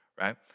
right